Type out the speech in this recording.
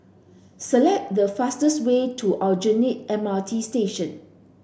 select the fastest way to Aljunied M R T Station